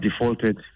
defaulted